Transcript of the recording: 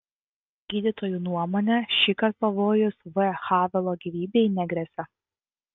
gydytojų nuomone šįkart pavojus v havelo gyvybei negresia